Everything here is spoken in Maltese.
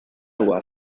huwa